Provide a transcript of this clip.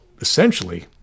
essentially